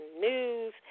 news